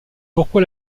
pourquoi